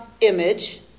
image